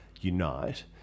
unite